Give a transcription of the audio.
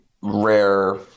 rare